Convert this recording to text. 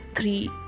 three